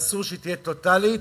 אסור שתהיה טוטלית,